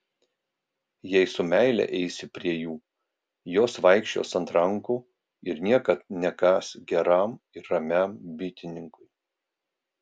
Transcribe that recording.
jei su meile eisi prie jų jos vaikščios ant rankų ir niekad nekąs geram ir ramiam bitininkui